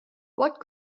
what